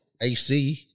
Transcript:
AC